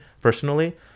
personally